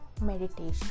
meditation